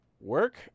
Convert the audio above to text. work